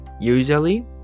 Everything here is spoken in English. usually